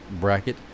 bracket